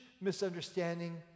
misunderstanding